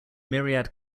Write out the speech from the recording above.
myriad